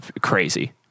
crazy